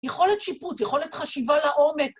יכולת שיפוט, יכולת חשיבה לעומק.